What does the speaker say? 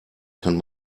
kann